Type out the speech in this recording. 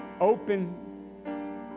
open